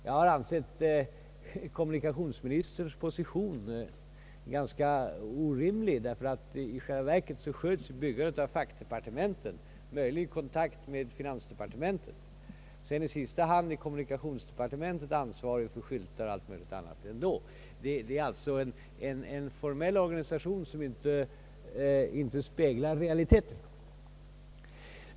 Jag har ansett kommunikationsministerns position ganska orimlig, ty i själva verket sköts byggandet av fackdepartementen, möjligen i kontakt med finansdepartementet. Sedan är i sista hand kommunikationsdepartementet ansvarigt för skyltar och allt annat. Det är alltså en formell organisation som inte speglar realiteterna.